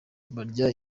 barya